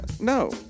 No